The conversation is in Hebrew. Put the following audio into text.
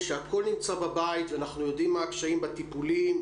כשהכול נמצא בבית ואנחנו יודעים מה הקשיים בטיפולים,